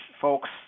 folks